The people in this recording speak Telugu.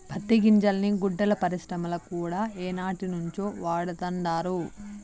పత్తి గింజల్ని గుడ్డల పరిశ్రమల కూడా ఏనాటినుంచో వాడతండారు